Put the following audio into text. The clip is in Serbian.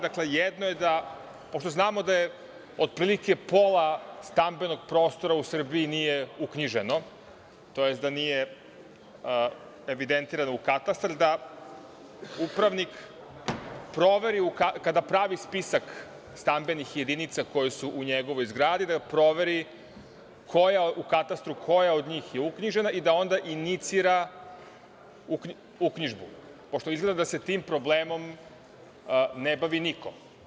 Dakle, pošto znamo da otprilike pola stambenog prostora u Srbiji nije uknjiženo, tj. da nije evidentirano u katastar, upravnik kada pravi spisak stambenih jedinica koje su u njegovoj zgradi da proveri u katastru koja je od njih uknjižena i da onda inicira uknjižbu, pošto izgleda da se tim problemom ne bavi niko.